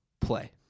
play